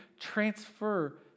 transfer